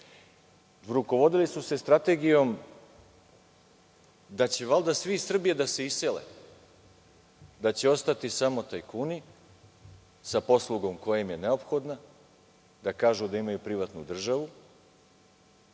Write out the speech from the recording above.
Rukovodili su se strategijom da će valjda svi iz Srbije da se isele, da će ostati samo tajkuni sa poslugom koja im je neophodna, da kažu da imaju privatnu državu,